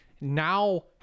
now